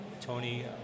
Tony